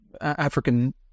African